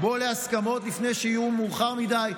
בוא להסכמות לפני שיהיה מאוחר מדי.